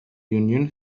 union